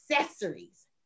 accessories